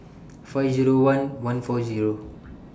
five Zero one one four Zero